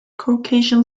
caucasian